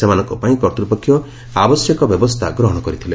ସେମାନଙ୍କ ପାଇଁ କର୍ତ୍ତୃପକ୍ଷ ଆବଶ୍ୟକ ବ୍ୟବସ୍ଥା ଗ୍ରହଣ କରିଥିଲେ